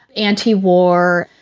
anti-war,